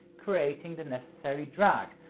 creating the necessary drag,